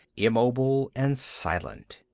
immobile and silent.